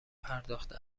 پرداخته